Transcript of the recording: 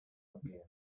again